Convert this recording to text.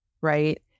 right